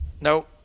Nope